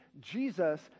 Jesus